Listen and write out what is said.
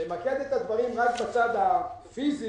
למקד את הדברים רק בצד הפיזי,